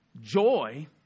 Joy